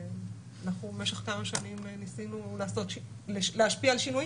אנחנו במשך כמה שנים ניסינו לעשות ולהשפיע על שינויים,